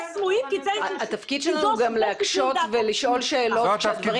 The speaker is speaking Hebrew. יש סמויים כי --- התפקיד שלנו הוא גם להקשות ולשאול שאלות כשהדברים